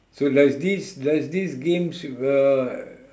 so there's this there's this games you uh